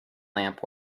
lamp